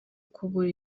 kubura